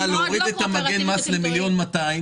אני מציע להוריד את מגן המס ל-1.2 מיליון,